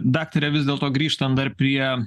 daktare vis dėlto grįžtant dar prie